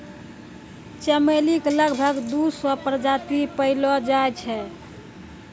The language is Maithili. चमेली के लगभग दू सौ प्रजाति पैएलो जाय छै